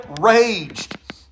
raged